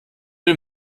den